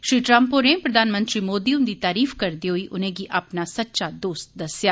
Shri Trump होरें प्रधानमंत्री मोदी हुंदी तारीफ करदे होई उनेंगी अपना सच्चा दोस्त दस्सेआ